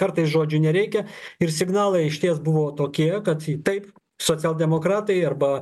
kartais žodžių nereikia ir signalai išties buvo tokie kad taip socialdemokratai arba